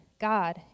God